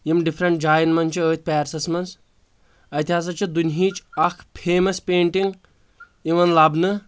یِم ڈفرینٹ جاین منٛز چھِ أتھۍ پیرسس منٛز اتہِ ہسا چھِ دُنہیٖچ اکھ فیمس پینٚٹنگ یِوان لبنہٕ